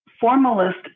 formalist